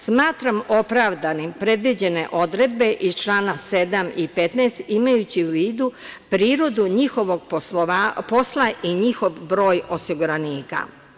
Smatram opravdanim predviđene odredbe iz član 7. i 15. imajući u vidu prirodu njihovog posla i njihov broj osiguranika.